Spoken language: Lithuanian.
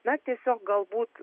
na tiesiog galbūt